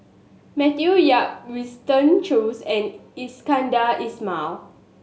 Matthew Yap Winston Choos and Iskandar Ismail